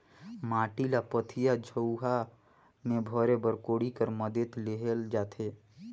माटी ल पथिया, झउहा मे भरे बर कोड़ी कर मदेत लेहल जाथे